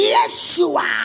Yeshua